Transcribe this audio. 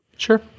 Sure